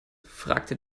fragte